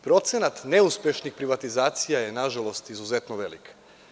Procenat neuspešnih privatizacija je nažalost izuzetno veliki.